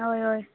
अय अय